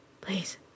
Please